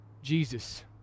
Jesus